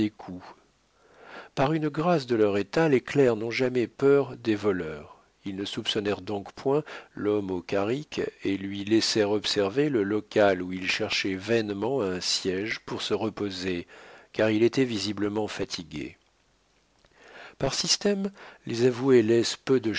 par une grâce de leur état les clercs n'ont jamais peur des voleurs ils ne soupçonnèrent donc point l'homme au carrick et lui laissèrent observer le local où il cherchait vainement un siége pour se reposer car il était visiblement fatigué par système les avoués laissent peu de